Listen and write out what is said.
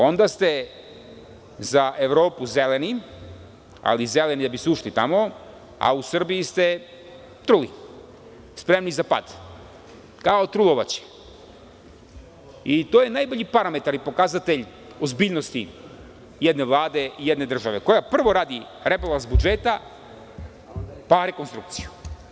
Onda ste za Evropu "Zeleni", ali "Zeleni" da bi ste ušli tamo, a u Srbiji ste truli, spremni za pad, kao trulo voće i to je najbolji parametar i pokazatelj ozbiljnosti jedne vlade i jedne države, koja prvo radi, pa rekonstrukciju.